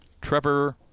Trevor